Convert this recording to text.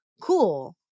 Cool